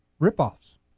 ripoffs